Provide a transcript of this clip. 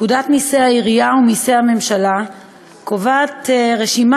בפקודת מסי העירייה ומסי הממשלה נקבעה רשימה